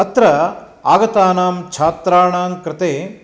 अत्र आगतानां छात्राणां कृते